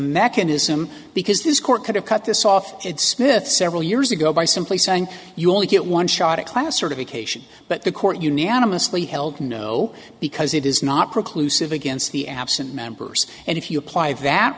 mechanism because this court could have cut this off and smith several years ago by simply saying you only get one shot at class certification but the court unanimously held no because it is not preclude civic against the absent members and if you apply that